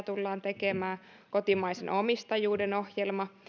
tullaan tekemään yrittäjyysstrategia kotimaisen omistajuuden ohjelma